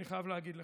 אני חייב להגיד לך,